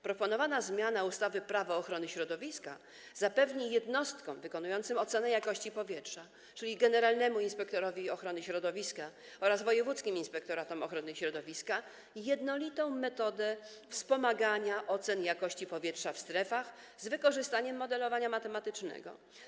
Proponowana zmiana ustawy Prawo ochrony środowiska zapewni jednostkom dokonującym oceny jakości powietrza, czyli generalnemu inspektorowi ochrony środowiska oraz wojewódzkim inspektoratom ochrony środowiska, jednolitą metodę wspomagania ocen jakości powietrza w strefach z wykorzystaniem modelowania matematycznego.